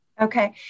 Okay